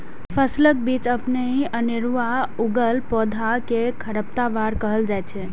फसलक बीच अपनहि अनेरुआ उगल पौधा कें खरपतवार कहल जाइ छै